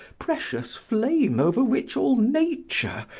precious flame over which all nature,